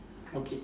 okay